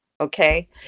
Okay